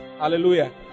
Hallelujah